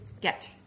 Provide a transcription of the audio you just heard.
Get